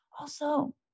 also-